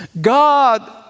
God